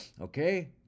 okay